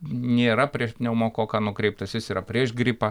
nėra prieš pneumokoką nukreiptas jis yra prieš gripą